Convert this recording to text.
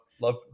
love